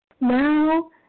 now